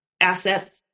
assets